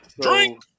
Drink